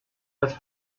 las